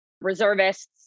reservists